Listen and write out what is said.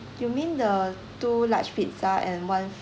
you mean the two large pizza and one